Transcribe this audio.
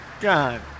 God